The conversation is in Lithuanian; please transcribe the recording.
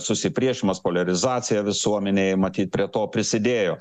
susipriešimas poliarizacija visuomenėj matyt prie to prisidėjo